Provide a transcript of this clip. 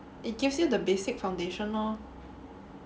it gives you the basic foundation lor